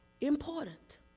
Important